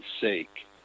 sake